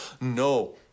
No